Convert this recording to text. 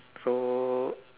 so